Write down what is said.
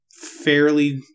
fairly